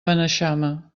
beneixama